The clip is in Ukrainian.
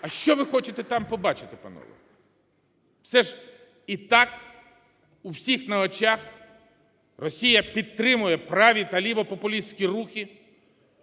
а що ви хочете там побачити, панове? Все ж і так у всіх на очах: Росія підтримує праві та лівопопулістські рухи,